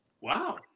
Wow